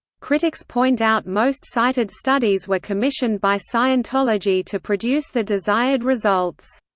critics point out most cited studies were commissioned by scientology to produce the desired results.